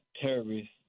terrorists